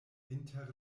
inter